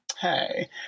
Hey